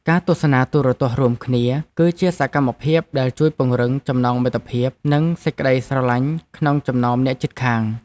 ការទស្សនាទូរទស្សន៍រួមគ្នា គឺជាសកម្មភាពដែលជួយពង្រឹងចំណងមិត្តភាពនិងសេចក្តីស្រឡាញ់ក្នុងចំណោមអ្នកជិតខាង។